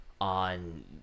on